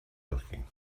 looking